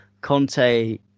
Conte